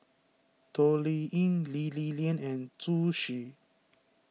Toh Liying Lee Li Lian and Zhu Xu